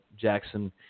Jackson